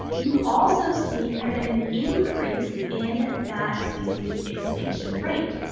you also see kind of an increase in that species extinction rate.